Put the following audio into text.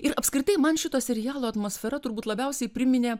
ir apskritai man šito serialo atmosfera turbūt labiausiai priminė